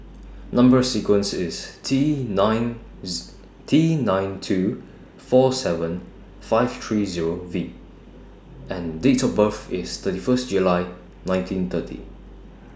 Number sequence IS T ninth T nine two four seven five three Zero V and Date of birth IS thirty First July nineteen thirty